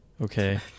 Okay